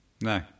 No